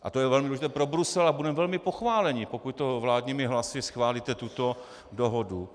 A to je velmi důležité pro Brusel a budeme velmi pochváleni, pokud to vládními hlasy schválíte, tuto dohodu.